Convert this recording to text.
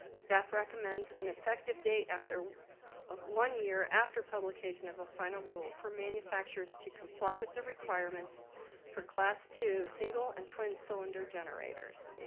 staff recommends an effective date after of one year after publication of a final rule for manufacturers to comply with the requirements for class two single and twin cylinder generator.